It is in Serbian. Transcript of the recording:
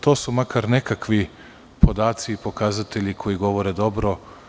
To su makar nekakvi podaci i pokazatelji koji govore dobro.